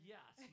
Yes